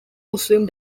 muslim